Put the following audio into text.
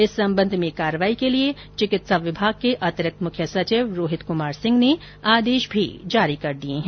इस संबंध में कार्यवाही के लिए चिकित्सा विभाग के अतिरिक्त मुख्य सचिव रोहित कुमार सिंह ने आदेश भी जारी कर दिए हैं